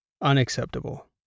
unacceptable